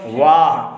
वाह